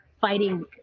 fighting